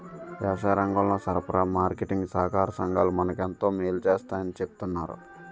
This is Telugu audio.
వ్యవసాయరంగంలో సరఫరా, మార్కెటీంగ్ సహాకార సంఘాలు మనకు ఎంతో మేలు సేస్తాయని చెప్తన్నారు